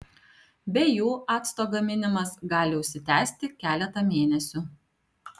be jų acto gaminimas gali užsitęsti keletą mėnesių